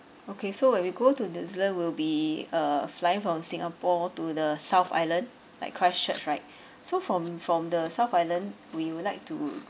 okay so when we go to new zealand will be uh flying from singapore to the south island like christchurch right so from from the south island we would like to